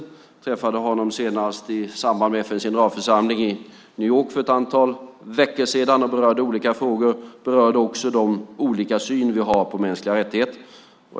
Jag träffade honom senast i samband med FN:s generalförsamling i New York för ett antal veckor sedan och berörde olika frågor. Jag berörde också den olika syn vi har på mänskliga rättigheter.